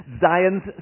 Zion's